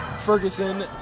Ferguson